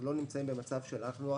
אנחנו לא נמצאים במצב של חוסר